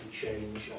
change